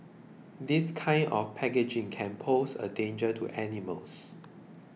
this kind of packaging can pose a danger to animals